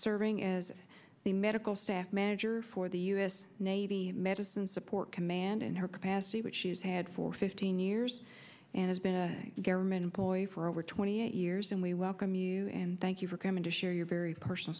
serving as the medical staff manager for the u s navy medicine support command in her capacity which she has had for fifteen years and has been a government employee for over twenty eight years and we welcome you and thank you for coming to share your very p